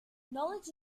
knowledge